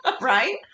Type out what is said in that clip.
right